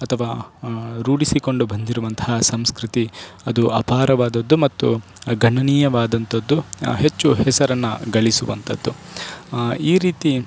ಅಥವಾ ರೂಢಿಸಿಕೊಂಡು ಬಂದಿರುವಂತಹ ಸಂಸ್ಕೃತಿ ಅದು ಅಪಾರವಾದದ್ದು ಮತ್ತು ಗಣನೀಯವಾದಂತದ್ದು ಹೆಚ್ಚು ಹೆಸರನ್ನು ಗಳಿಸುವಂತದ್ದು ಈ ರೀತಿ